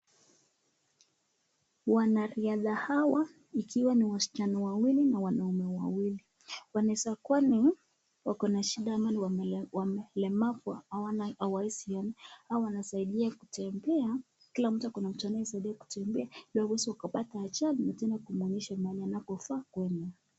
Wanariadha hawa ikiwa ni wasichana wawili na wanaume wawili wanaeza kuwa wako na shida ama walemavu hawaezi ona hawa wanasaidia kutembea. Kila mtu ako na mtu anayesaidia kutembea ili wasiweze kupata ajali na tena kumuonyesha mahali anapofaa kuenda.